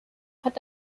hat